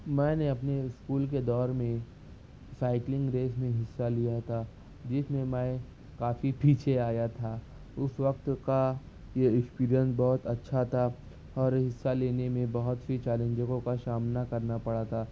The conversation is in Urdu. میں نے اپنے اسکول کے دور میں سائیکلنگ ریس میں حصہ لیا تھا جس میں میں کافی پیچھے آیا تھا اس وقت کا یہ ایکسپیرئنس بہت اچھا تھا اور حصہ لینے میں بہت سی چیلنجوں کا سامنا کرنا پڑا تھا